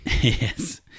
Yes